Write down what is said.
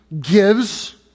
gives